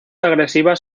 agresivas